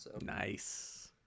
Nice